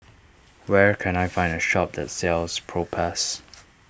where can I find a shop that sells Propass